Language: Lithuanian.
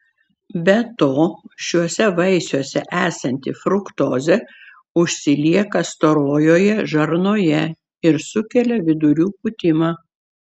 be to šiuose vaisiuose esanti fruktozė užsilieka storojoje žarnoje ir sukelia vidurių pūtimą